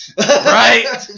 Right